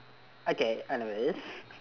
okay anyways